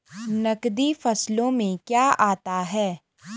नकदी फसलों में क्या आता है?